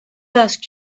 asked